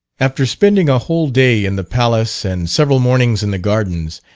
after spending a whole day in the palace and several mornings in the gardens,